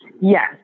Yes